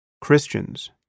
Christians